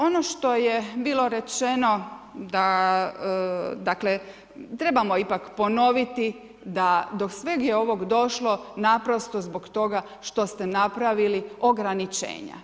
Ono što je bilo rečeno da dakle trebamo ipak ponoviti do sveg je ovog došlo naprosto zbog toga što ste napravili ograničenja.